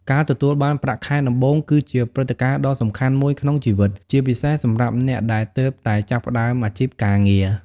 ការទទួលបាន ប្រាក់ខែដំបូង គឺជាព្រឹត្តិការណ៍ដ៏សំខាន់មួយក្នុងជីវិត ជាពិសេសសម្រាប់អ្នកដែលទើបតែចាប់ផ្ដើមអាជីពការងារ។